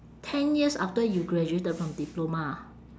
ten years after you graduated from diploma